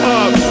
up